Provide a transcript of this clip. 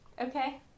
Okay